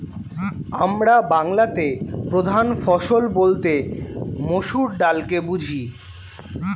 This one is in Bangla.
আমরা বাংলাতে প্রধান ফসল বলতে মসুর ডালকে বুঝি